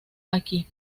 aquí